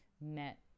met